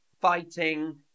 fighting